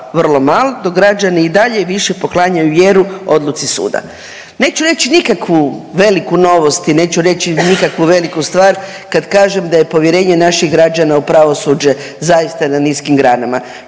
vrlo mal, dok građani i dalje više poklanjaju vjeru odluci suda. Neću reći nikakvu veliku novost i neću reći nikakvu veliku stvar kad kažem da je povjerenje naših građana u pravosuđe zaista na niskim granama.